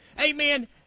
amen